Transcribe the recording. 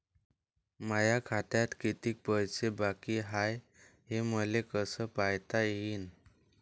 माया खात्यात कितीक पैसे बाकी हाय हे मले कस पायता येईन?